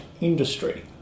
industry